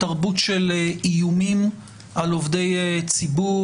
תרבות של איומים על עובדי ציבור,